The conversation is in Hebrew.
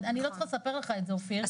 אני לא צריכה לספר לך את זה אופיר,